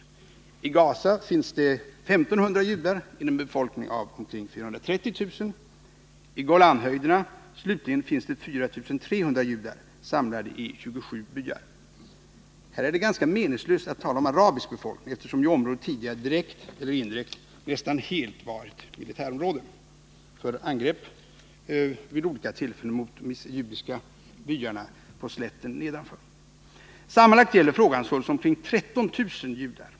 I Gaza finns det 1 500 judar inom en befolkning på omkring 430 000. I Golanhöjderna slutligen finns det 4 300 judar samlade i 27 byar. Här är det ganska meningslöst att tala om arabisk befolkning, eftersom ju området tidigare direkt eller indirekt nästan helt var ett militärområde för angrepp vid olika tillfällen mot de judiska byarna på slätten nedanför. Sammanlagt gäller frågan sålunda omkring 13 000 judar.